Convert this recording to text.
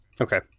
Okay